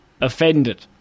offended